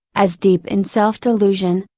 as deep in self delusion,